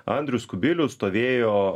andrius kubilius stovėjo